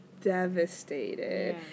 devastated